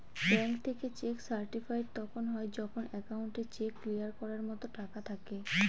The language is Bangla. ব্যাঙ্ক থেকে চেক সার্টিফাইড তখন হয় যখন একাউন্টে চেক ক্লিয়ার করার মতো টাকা থাকে